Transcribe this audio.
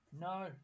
No